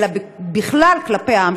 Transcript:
אלא בכלל כלפי העם,